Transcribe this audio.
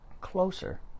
closer